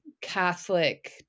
catholic